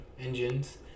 engines